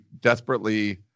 desperately